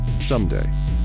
Someday